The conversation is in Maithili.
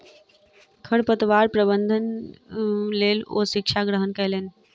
खरपतवार प्रबंधनक लेल ओ शिक्षा ग्रहण कयलैन